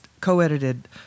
co-edited